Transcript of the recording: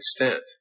extent